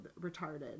retarded